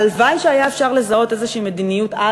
הלוואי שהיה אפשר לזהות איזושהי מדיניות-על